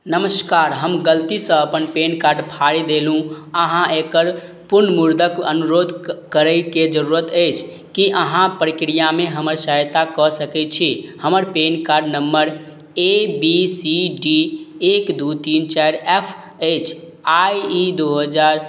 नमस्कार हम गलतीसँ अपन पैन कार्ड फाड़ि देलहुँ अहाँ एकर पुनर्मुद्रक अनुरोध करैके जरूरत अछि कि अहाँ प्रक्रियामे हमर सहायता कऽ सकै छी हमर PAN card number A B C D एक दुइ तीन चारि एफ अछि आओर ई दुइ हजार